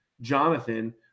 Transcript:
Jonathan